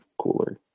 cooler